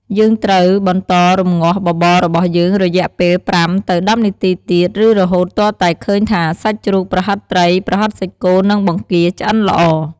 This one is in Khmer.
យើងត្រូវបន្តរំងាស់បបររបស់យើងរយៈពេល ៥ ទៅ ១០ នាទីទៀត ឬរហូតទាល់តែឃើញថាសាច់ជ្រូក ប្រហិតត្រី ប្រហិតសាច់គោ និងបង្គាឆ្អិនល្អ។